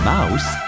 Mouse